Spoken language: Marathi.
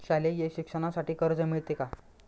शालेय शिक्षणासाठी कर्ज मिळते का?